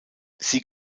sie